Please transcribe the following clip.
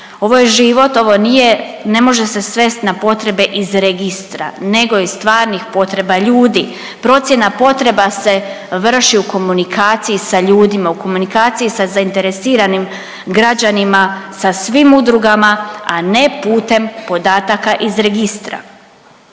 ovo je život, ovo nije, ne može se svest na potrebe iz registra, nego iz stvarnih potreba ljudi. Procjena potreba se vrši u komunikaciji sa ljudima, u komunikaciji sa zainteresiranim građanima, sa svim udrugama, a ne putem podataka iz registra.